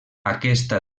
aquesta